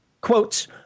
quotes